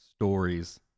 stories